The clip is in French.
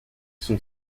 sont